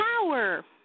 Power